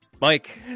Mike